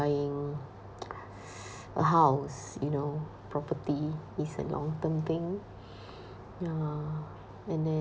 buying a house you know property is a long-term thing ah and the~